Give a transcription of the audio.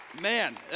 Man